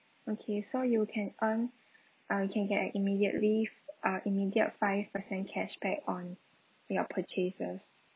okay so you can earn uh you can get an immediately uh immediate five percent cashback on your purchases